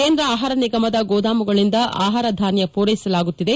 ಕೇಂದ್ರ ಆಹಾರ ನಿಗಮದ ಗೋದಾಮುಗಳಿಂದ ಆಹಾರ ಧಾನ್ಯ ಪೂರೈಸಲಾಗುತ್ತಿದೆ